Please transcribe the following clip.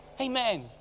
Amen